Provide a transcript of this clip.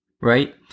right